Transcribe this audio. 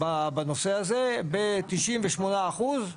בנושא הזה, ב-98%.